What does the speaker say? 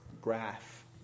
graph